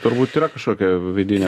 turbūt yra kažkokia vidinė